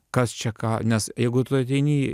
kas čia ką nes jeigu tu ateini